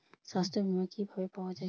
সাস্থ্য বিমা কি ভাবে পাওয়া যায়?